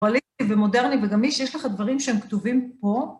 פוליטי ומודרני וגמישי, יש לך דברים שהם כתובים פה